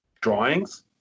drawings